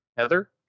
Heather